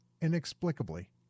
inexplicably